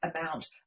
amount